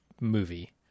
movie